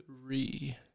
Three